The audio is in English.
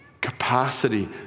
capacity